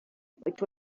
which